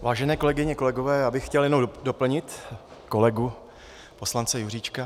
Vážené kolegyně, kolegové, já bych chtěl jenom doplnit kolegu poslance Juříčka.